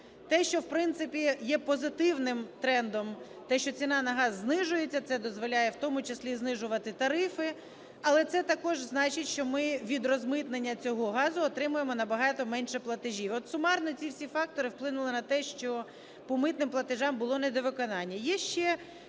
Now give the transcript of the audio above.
Те, що, в принципі, є позитивним трендом, те, що ціна на газ знижується, це дозволяє в тому числі знижувати тарифи, але це також значить, що ми від розмитнення цього газу отримуємо набагато менше платежів. От сумарно ці всі фактори вплинули на те, що по митним платежам було недовиконання.